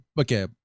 okay